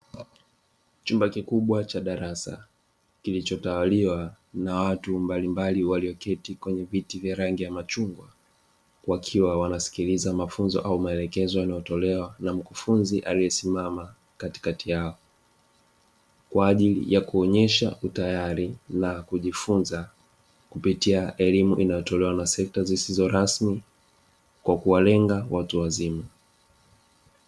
Chumba kikubwa cha darasa kilichotawaliwa na watu mbalimbali walioketi kwenye viti vya rangi ya machungwa, wakiwa wanasikiliza mafunzo au maelekezo yanayotolewa na mkufunzi aliyesimama katikati yao kwa ajili ya kuonyesha utayari na kujifunza kupitia elimu inayotolewa na sekta zisizo rasmi kwa kuwalenga watu wazima.